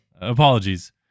Apologies